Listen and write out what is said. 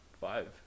Five